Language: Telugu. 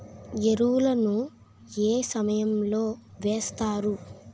ఎరువుల ను ఏ సమయం లో వేస్తారు?